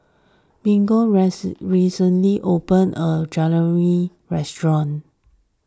Mignon recently open a Dangojiru restaurant